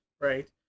right